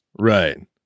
Right